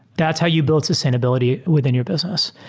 that's how you build sus tainability within your business.